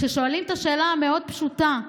כששואלים את השאלה המאוד-פשוטה: